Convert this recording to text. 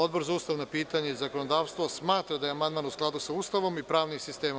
Odbor za ustavna pitanja i zakonodavstvo smatra da je amandman u skladu sa Ustavom i pravnim sistemom.